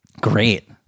great